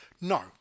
No